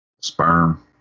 Sperm